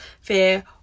fear